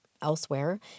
elsewhere